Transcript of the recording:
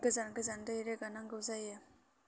गोजान गोजान दै रोगा नांगौ जायो